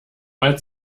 mal